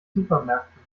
supermärkten